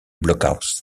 blockhaus